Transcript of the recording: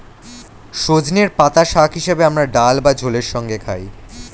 সজনের পাতা শাক হিসেবে আমরা ডাল বা ঝোলের সঙ্গে খাই